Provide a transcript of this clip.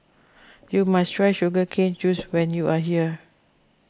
you must try Sugar Cane Juice when you are here